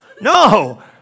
No